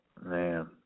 Man